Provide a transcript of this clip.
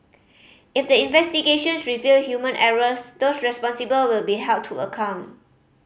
if the investigations reveal human errors those responsible will be held to account